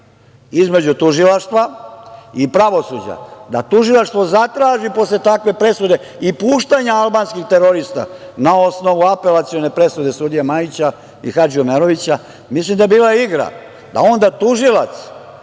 između tužilaštva i pravosuđa. Tužilaštvo zatraži posle takve presude i puštanja albanskih terorista, na osnovu Apelacione presude sudije Majića i Hadži Omerovića, mislim da je bila igra, da onda tužilac